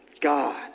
God